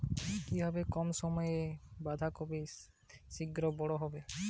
কিভাবে কম সময়ে বাঁধাকপি শিঘ্র বড় হবে?